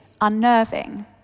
unnerving